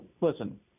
Listen